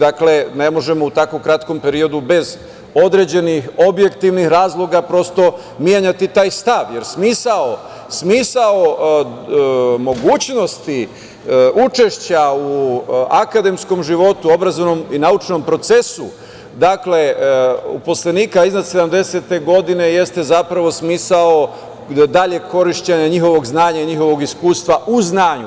Dakle, ne možemo u tako kratkom periodu bez određenih objektivnih razloga, prosto, menjati taj stav, jer smisao mogućnosti učešća u akademskom životu obrazovnom i naučnom procesu, dakle, poslanika iznad 70-te godine jeste zapravo smisao daljeg korišćenja njihovog znanja i njihovog iskustva u znanju.